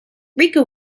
rico